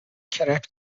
کرپ